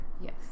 Yes